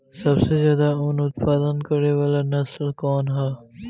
सबसे ज्यादा उन उत्पादन करे वाला नस्ल कवन ह?